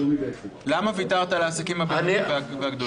למה ויתרת על העסקים הבינוניים והגדולים?